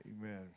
Amen